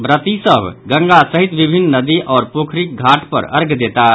व्रती सभ गंगा सहित विभिन्न नदि आओर पोखरिक घाट पर अर्ध्य देताह